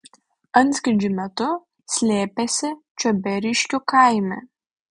antskrydžių metu slėpėsi čiuoderiškių kaime